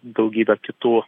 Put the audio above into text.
daugybę kitų